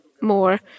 more